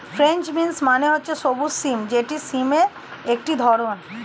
French beans মানে হচ্ছে সবুজ সিম যেটি সিমের একটি ধরণ